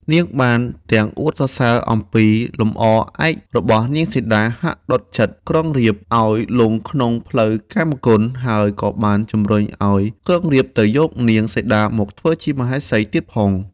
នាងបានទាំងអួតសរសើរអំពីលំអឯករបស់នាងសីតា ហាក់ដុតចិត្តក្រុងរាពណ៍ឱ្យលុងក្នុងផ្លូវកាមគុណ ហើយក៏បានជំរុញឱ្យក្រុងរាពណ៍ទៅយកនាង សីតាមកធ្វើជាមហេសីទៀតផង។